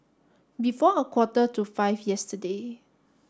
before a quarter to five yesterday